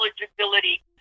eligibility